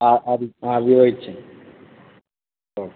అది అవే ఇచ్చేయండి ఓకే